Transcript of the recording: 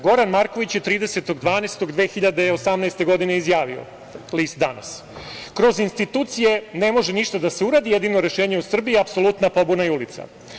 Goran Marković je 30. decembra 2018. godine izjavio za list „Danas“ – kroz institucije ne može ništa da se uradi, jedino rešenje u Srbiji je apsolutna pobuda i ulica.